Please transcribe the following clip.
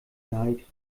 leid